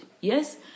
Yes